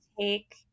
take